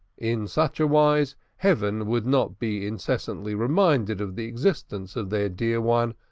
in such wise, heaven would not be incessantly reminded of the existence of their dear one,